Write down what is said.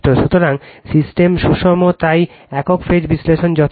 সুতরাং সিস্টেম সুষম তাই একক ফেজ বিশ্লেষণ যথেষ্ট